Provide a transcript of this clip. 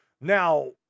Now